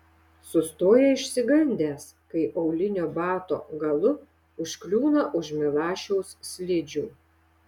sustoja išsigandęs kai aulinio bato galu užkliūna už milašiaus slidžių